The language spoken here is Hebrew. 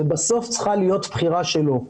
זו בסוף צריכה להיות בחירה שלו.